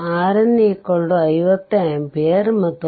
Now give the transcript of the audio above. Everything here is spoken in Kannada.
ಆದ್ದರಿಂದ ಆ ಸಮಯದಲ್ಲಿ 100Ω ಮತ್ತು 100Ω ಸಮಾನಾಂತರವಾಗಿರುತ್ತವೆ ಅದು ತೆರೆದಾಗ